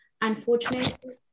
Unfortunately